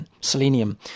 selenium